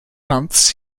months